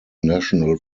national